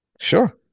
Sure